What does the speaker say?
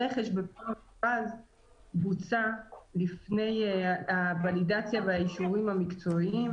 הרכש במכרז בוצע לפני הוולידציה והאישורים המקצועיים,